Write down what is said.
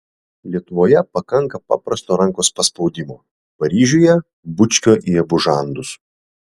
lietuvoje pakanka paprasto rankos paspaudimo paryžiuje bučkio į abu žandus